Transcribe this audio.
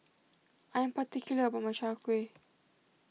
I am particular about my Chai Kueh